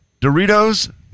Doritos